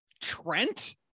Trent